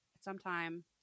sometime